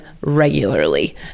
regularly